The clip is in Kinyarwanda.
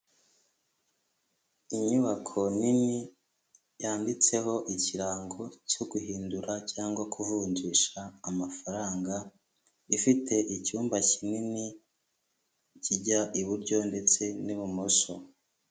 Inyubako nini yanditseho ikirango cyo guhindura cyangwa kuvunjisha amafaranga, ifite icyumba kinini kijya iburyo ndetse n'ibumoso.